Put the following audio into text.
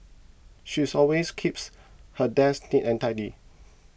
she's always keeps her desk neat and tidy